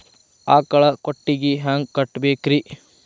ಆಕಳ ಕೊಟ್ಟಿಗಿ ಹ್ಯಾಂಗ್ ಕಟ್ಟಬೇಕ್ರಿ?